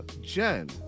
Jen